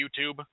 YouTube